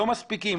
לא מספיקים,